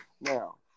Now